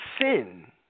Sin